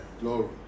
Glory